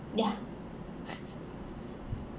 ya